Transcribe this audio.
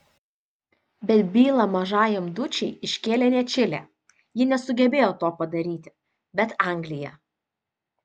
bet bylą mažajam dučei iškėlė ne čilė ji nesugebėjo to padaryti bet anglija